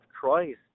Christ